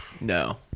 No